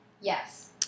Yes